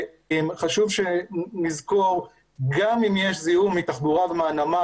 שחשוב שנזכור שגם אם יש זיהום מתחבורה מהנמל,